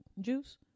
juice